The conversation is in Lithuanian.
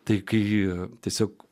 tai kai jie tiesiog